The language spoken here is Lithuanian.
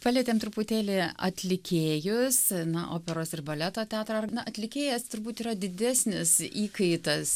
palietėm truputėlį atlikėjus na operos ir baleto teatrą na atlikėjas turbūt yra didesnis įkaitas